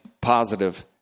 positive